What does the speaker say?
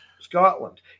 Scotland